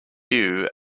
queue